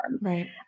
Right